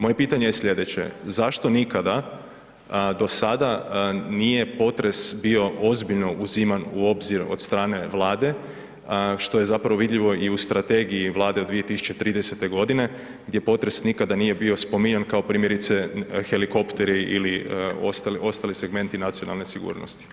Moje pitanje je sljedeće, zašto nikada do sada nije potres bio ozbiljno uziman u obzir od strane Vlade, što je zapravo vidljivo i u strategiji Vlade od 2030. g. gdje potres nikada nije bio spominjan, kao primjerice helikopteri ili ostali segmenti nacionalne sigurnosti?